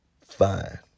fine